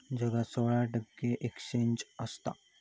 जगात सोळा stock exchange आसत